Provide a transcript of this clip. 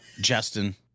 Justin